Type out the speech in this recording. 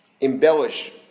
embellish